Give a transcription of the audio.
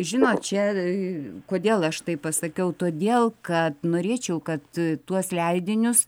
žinot čia kodėl aš taip pasakiau todėl kad norėčiau kad tuos leidinius